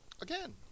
Again